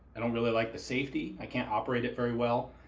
i don't really like the safety, i can't operate it very well.